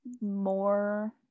more